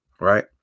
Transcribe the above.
Right